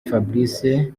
fabrice